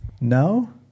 No